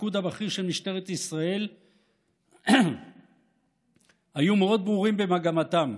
הפיקוד הבכיר של משטרת ישראל היו מאוד ברורים במגמתם.